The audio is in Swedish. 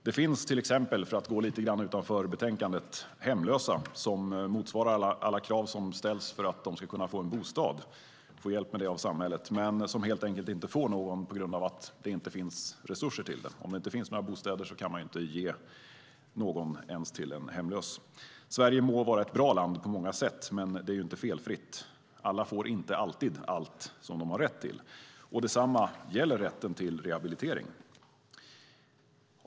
Det finns, för att gå lite grann utanför betänkandet, hemlösa som uppfyller alla krav som ställs för att få en bostad, för att få hjälp med det av samhället, men som inte får det helt enkelt för att det inte finns resurser till det. Om det inte finns några bostäder kan man ju inte ge en bostad ens till en hemlös. Sverige må vara ett bra land på många sätt, men det är inte felfritt. Alla får inte alltid allt som de har rätt till. Och detsamma gäller rätten till rehabilitering.